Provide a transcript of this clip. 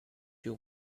you